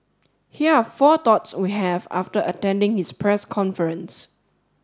here are four thoughts we have after attending his press conference